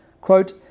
quote